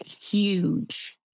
huge